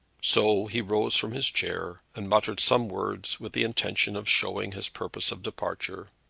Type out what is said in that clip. so he rose from his chair and muttered some words with the intention of showing his purpose of departure.